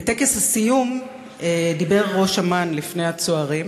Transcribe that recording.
בטקס הסיום דיבר ראש אמ"ן לפני הצוערים